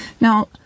Now